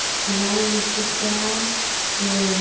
लाल मिट्टी क्या बोए?